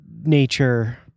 nature